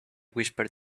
whispered